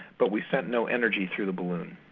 but we sent no energy through the balloon.